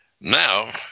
now